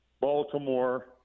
Baltimore